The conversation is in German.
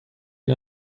die